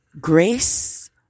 Grace